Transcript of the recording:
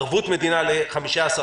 ערבות מדינה ל-15%.